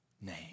name